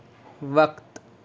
وقت